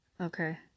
Okay